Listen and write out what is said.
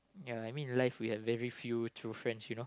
ya I mean life we have very few true friends you know